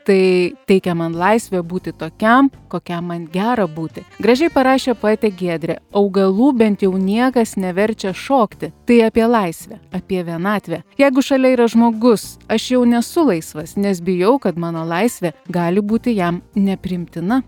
tai teikia man laisvę būti tokiam kokiam man gera būti gražiai parašė poetė giedrė augalų bent jau niekas neverčia šokti tai apie laisvę apie vienatvę jeigu šalia yra žmogus aš jau nesu laisvas nes bijau kad mano laisvė gali būti jam nepriimtina